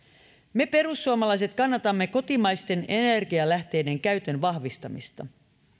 me perussuomalaiset kannatamme kotimaisten energianlähteiden käytön vahvistamista